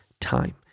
time